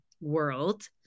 world